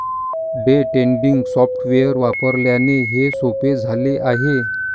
day trading software वापरल्याने हे सोपे झाले आहे